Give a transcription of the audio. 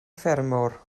ffermwr